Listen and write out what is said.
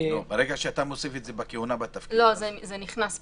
ברגע ששאתה מוסיף את זה בכהונה בתפקיד --- זה נכנס פנימה.